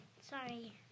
Sorry